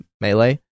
Melee